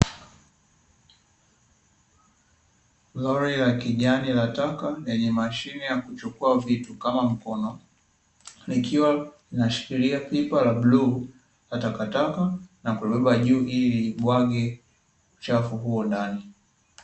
Lori la kijani la taka lenye mashine ya kuchukua vitu kama mkono likiwa linashikilia pipa la bluu la takataka na kulibeba juu ili libwage uchafu huo ndani.